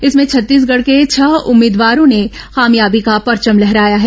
इसमें छत्तीसगढ के छह उम्मीदवारों ने कामयाबी का परचम लहराया है